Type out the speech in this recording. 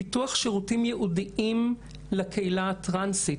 פיתוח שירותים ייעודיים לקהילה הטרנסית: